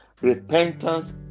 Repentance